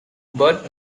burt